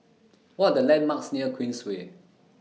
What Are The landmarks near Queensway